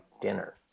dinner